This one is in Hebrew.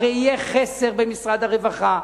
הרי יהיה חסר במשרד הרווחה,